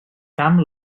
camp